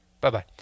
Bye-bye